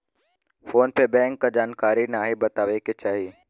phone पे bank क जानकारी नाहीं बतावे के चाही